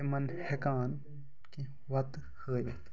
تِمَن ہٮ۪کان کیٚنہہ وَتہٕ ہٲوِتھ